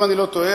אם אני לא טועה,